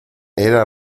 era